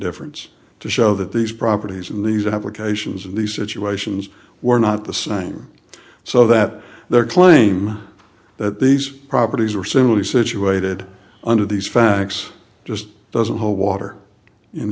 difference to show that these properties in these applications in these situations were not the same so that their claim that these properties were similarly situated under these facts just doesn't hold water in